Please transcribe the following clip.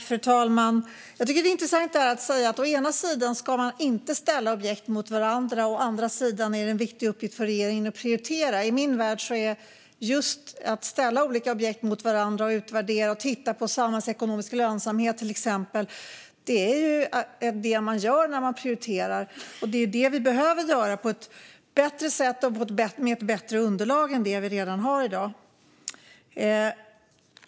Fru talman! Jag tycker att det är intressant att säga att man å ena sidan inte ska ställa objekt mot varandra och att det å andra sidan är en viktig uppgift för regeringen att prioritera. I min värld är just att ställa olika objekt mot varandra, utvärdera och titta på till exempel samhällsekonomisk lönsamhet det som man gör när man prioriterar, och det är det som vi behöver göra på ett bättre sätt och med ett bättre underlag än det som vi redan har i dag.